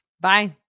Bye